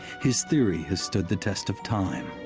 his theory has stood the test of time.